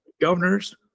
Governors